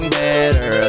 better